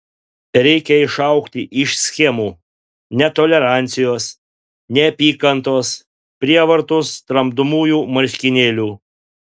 reikia išaugti iš schemų netolerancijos neapykantos prievartos tramdomųjų marškinėlių